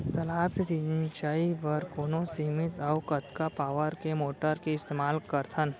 तालाब से सिंचाई बर कोन सीमित अऊ कतका पावर के मोटर के इस्तेमाल करथन?